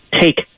take